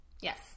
Yes